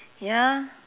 ya